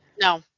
No